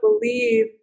believe